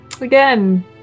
again